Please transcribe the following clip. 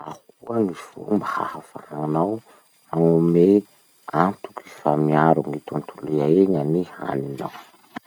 Ahoa gny fomba hahafahanao manome antoky fa miaro gny tontolo iaina ny haninao?